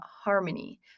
harmony